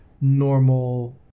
normal